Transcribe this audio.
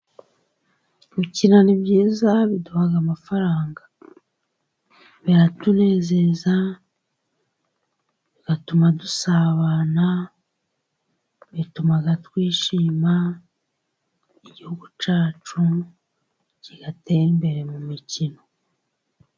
Gukina ni byiza biduhahaga amafaranga, biratunezeza, bigatuma dusabana, bitumaga twishima, igihugu cyacu kigatera imbere mu mikino.